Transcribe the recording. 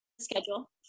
schedule